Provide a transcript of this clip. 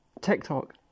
TikTok